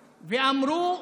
ואמרו: